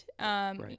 Right